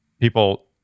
people